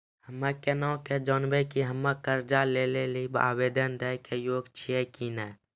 हम्मे केना के जानबै कि हम्मे कर्जा लै लेली आवेदन दै के योग्य छियै कि नै?